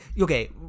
okay